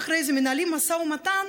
והדיילים אחרי זה מנהלים משא ומתן